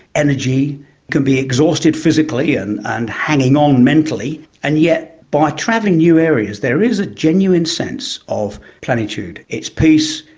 energy. you can be exhausted physically and and hanging on mentally, and yet by travelling new areas there is a genuine sense of plenitude. it's peace,